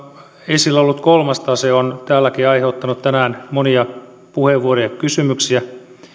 esillä ollut kolmas tase on täälläkin aiheuttanut tänään monia puheenvuoroja ja kysymyksiä